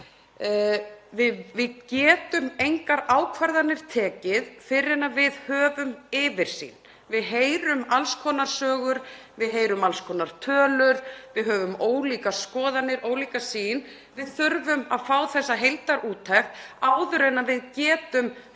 Við getum engar ákvarðanir tekið fyrr en við höfum yfirsýn. Við heyrum alls konar sögur, við heyrum alls konar tölur, við höfum ólíkar skoðanir, ólíka sýn. Við þurfum að fá þessa heildarúttekt áður en við getum farið af stað í stefnumótun í